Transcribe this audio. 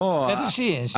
בטח שיש.